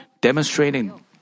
demonstrating